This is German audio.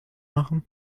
machen